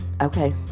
Okay